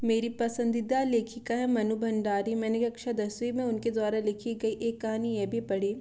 मेरी पसंदीदा लेखिका है मनू भंडारी मैंने कक्षा दसवीं में उनके द्वारा लिखी गई एक कहानी यह भी पढ़ी